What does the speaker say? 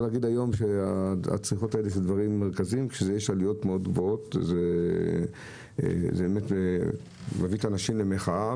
כשיש עליות מאוד גבוהות זה מביא את האנשים למחאה